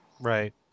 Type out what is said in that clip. Right